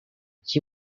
she